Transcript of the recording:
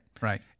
Right